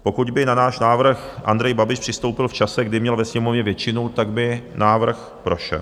Pokud by na náš návrh Andrej Babiš přistoupil v čase, kdy měl ve Sněmovně většinu, tak by návrh prošel.